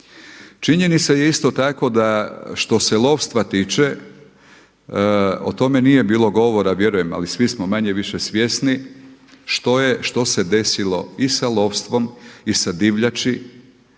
Činjenica je isto tako da što se lovstva tiče, o tome nije bilo govora, vjerujem, ali svi smo manje-više svjesni što se desilo i sa lovstvom i sa divljači